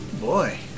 boy